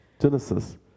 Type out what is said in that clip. Genesis